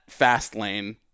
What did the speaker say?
Fastlane